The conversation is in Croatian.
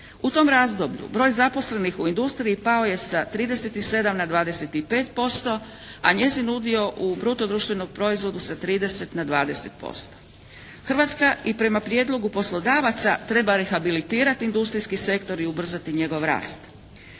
U tom razdoblju broj zaposlenih u industriji pao je sa 37 na 25%, a njezin udio u bruto društvenom proizvodu sa 30 na 20%. Hrvatska i prema prijedlogu poslodavaca treba rehabilitirati industrijski sektor i ubrzati njegov rast.